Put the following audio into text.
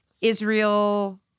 Israel